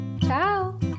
Ciao